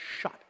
shut